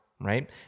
right